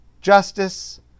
justice